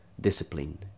discipline